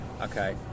Okay